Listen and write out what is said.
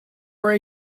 were